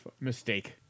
mistake